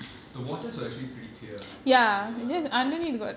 the waters were actually pretty clear I would say ya